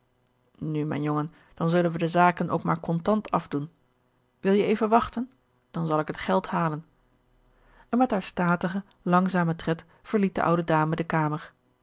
nu mijn jongen dan zullen we de zaken ook maar contant afdoen wil je even wachten dan zal ik het geld halen en met haar statigen langzamen tred verliet de oude dame de kamer